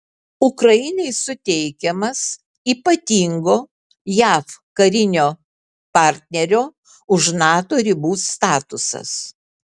ukrainai suteikiamas ypatingo jav karinio partnerio už nato ribų statusas